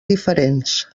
diferents